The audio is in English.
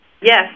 Yes